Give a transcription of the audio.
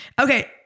Okay